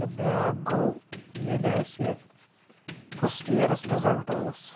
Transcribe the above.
تہٕ بیاکھ گوٚو ییٚلہِ اَسہِ فسٹہٕ یِیرَس رِزلٹ اوس